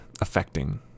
affecting